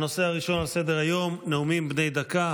הנושא הראשון על סדר-היום: נאומים בני דקה.